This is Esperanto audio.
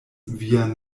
via